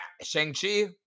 Shang-Chi